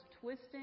twisting